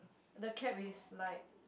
the cap is like